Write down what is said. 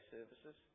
Services